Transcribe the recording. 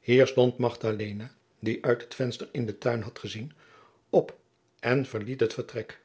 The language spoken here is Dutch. hier stond magdalena die uit het venster in den tuin had gezien op en verliet het vertrek